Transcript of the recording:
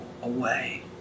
Away